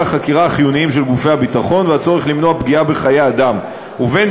החקירה החיוניים של גופי הביטחון והצורך למנוע פגיעה בחיי אדם ובין